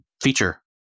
feature